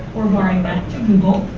or boring to google.